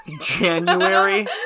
january